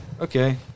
Okay